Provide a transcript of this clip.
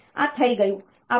તેથી આ થઈ ગયું